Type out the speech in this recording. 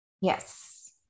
Yes